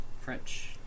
French